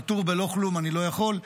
פטור בלא כלום אני לא יכול,